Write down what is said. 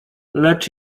lecz